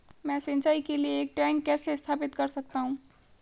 मैं सिंचाई के लिए एक टैंक कैसे स्थापित कर सकता हूँ?